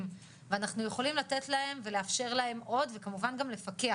ואנחנו יכולים לתת להם ולאפשר להם עוד וכמובן גם לפקח,